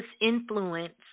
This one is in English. influence